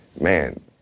man